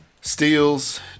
Steals